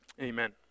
Amen